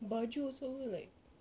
baju also like